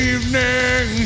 Evening